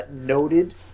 noted